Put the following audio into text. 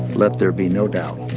let there be no doubt